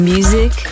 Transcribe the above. Music